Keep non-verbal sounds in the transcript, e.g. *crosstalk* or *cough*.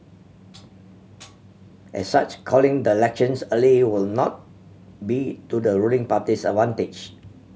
*noise* as such calling the elections early will not be to the ruling party's advantage